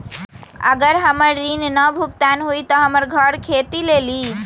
अगर हमर ऋण न भुगतान हुई त हमर घर खेती लेली?